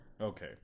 okay